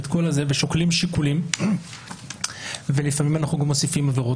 שוקלים שיקולים ולפעמים גם מוסיפים עבירות